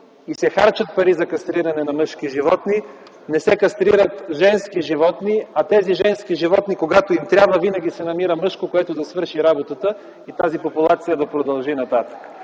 и се харчат пари за кастриране на мъжки животни, не се кастрират женски животни, а тези женски животни, когато им трябва, винаги си намират мъжко, което да свърши работата и тази популация да продължи нататък.